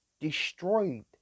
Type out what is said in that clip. destroyed